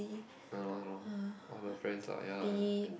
all the friends lah ya ya